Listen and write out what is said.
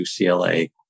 UCLA